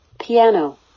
Piano